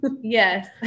Yes